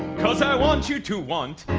cause i want you to want,